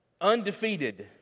undefeated